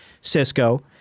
Cisco